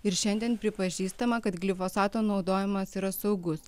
ir šiandien pripažįstama kad glifosato naudojimas yra saugus